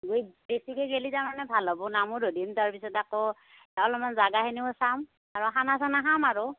বেছিকৈ গেলি ভাল হ'ব নামো ধৰিম তাৰপিছত আকৌ অলপমান জাগাখিনিও চাম আৰু খানা চানা খাম আৰু